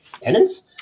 tenants